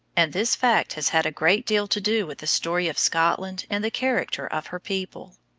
and this fact has had a great deal to do with the story of scotland and the character of her people.